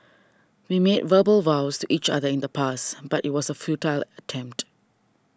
we made verbal vows each other in the past but it was a futile attempt